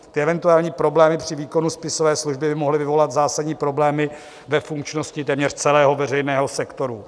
Eventuální problémy při výkonu spisové služby by mohly vyvolat zásadní problémy ve funkčnosti téměř celého veřejného sektoru.